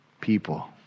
people